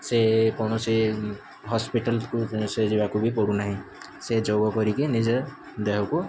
ସେ କୌଣସି ହସ୍ପିଟାଲ୍କୁ ବି ସେ ଯିବାକୁ ପଡ଼ୁନାହିଁ ସେ ଯୋଗ କରିକି ନିଜ ଦେହକୁ